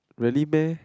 really meh